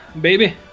baby